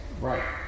Right